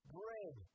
bread